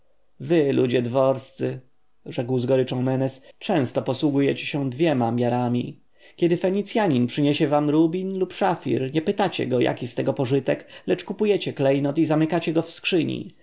wy ludzie dworscy rzekł z goryczą menes często posługujecie się dwiema miarami kiedy fenicjanin przyniesie wam rubin lub szafir nie pytacie jaki z tego pożytek lecz kupujecie klejnot i zamykacie go w skrzyni